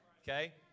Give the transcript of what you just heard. Okay